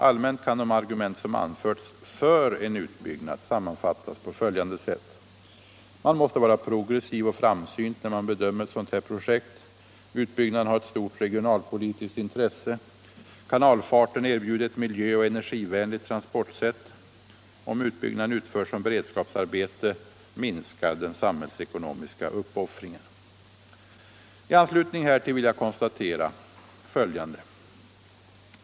Allmänt kan de argument som anförts för en utbyggnad sammanfattas på följande sätt: Man måste vara progressiv och framsynt, när man bedömer ett sådant här projekt. Utbyggnaden har ett stort regionalpolitiskt intresse. Kanalfarten erbjuder ett miljöoch energivänligt transportsätt. Om utbyggnaden utförs som beredskapsarbete, minskar den samhällsekonomiska uppoffringen. I anslutning härtill vill jag konstatera följande.